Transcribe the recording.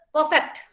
Perfect